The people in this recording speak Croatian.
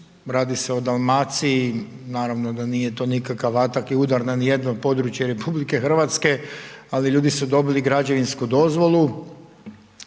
radi se o Dalmaciji, naravno da nije to nikakav atak i udar niti na jedno područje Republike Hrvatske, ali ljudi su dobili građevinsku dozvolu,